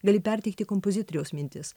gali perteikti kompozitoriaus mintis